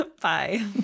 Bye